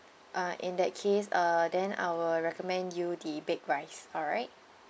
uh in that case uh then I will recommend you the baked rice alright